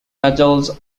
medals